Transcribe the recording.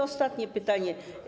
Ostatnie pytanie.